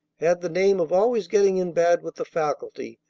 had the name of always getting in bad with the faculty,